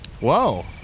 Whoa